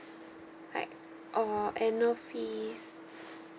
like or annual fees